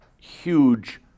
huge